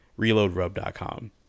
ReloadRub.com